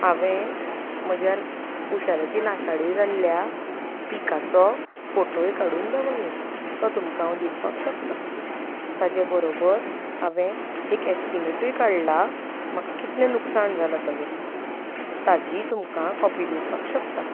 हांवें म्हज्या उशेलाची नाशाडी जाल्ल्या पिकाचो फोटोय काडून दवरला तो तुमकां हांव दिवपाक शकतां ताचे बरोबर हांवें एक ऍस्टिमेटूय काडला म्हाका कितलें नुकसाण जालां ताचो ताचीय तुमकां कॉपी दिवपाक शकतां